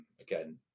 again